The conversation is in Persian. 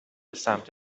سمت